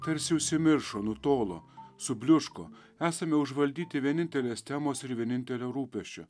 tarsi užsimiršo nutolo subliūško esame užvaldyti vienintelės temos ir vienintelio rūpesčio